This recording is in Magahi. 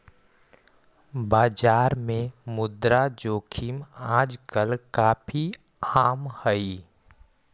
बाजार में मुद्रा जोखिम आजकल काफी आम हई